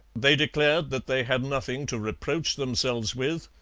they declared that they had nothing to reproach themselves with,